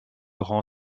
rend